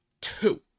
Two